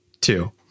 two